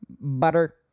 Butter